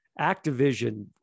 Activision